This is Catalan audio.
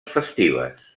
festives